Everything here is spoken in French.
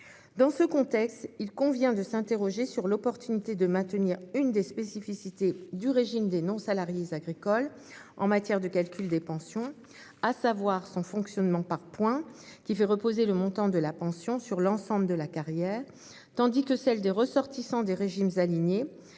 Dans ce contexte, il convient de s'interroger sur l'opportunité de maintenir une des spécificités du régime des non-salariés agricoles en matière de calcul des pensions, à savoir son fonctionnement par points, qui fait reposer le montant de la pension sur l'ensemble de la carrière, tandis que celle des ressortissants des régimes alignés,